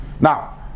Now